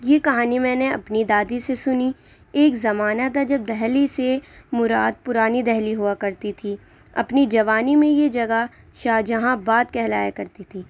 یہ کہانی میں نے اپنی دادی سے سُنی ایک زمانہ تھا جب دہلی سے مُراد پُرانی دہلی ہُوا کرتی تھی اپنی جوانی میں یہ جگہ شاہجہاں آباد کہلایا کرتی تھی